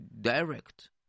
direct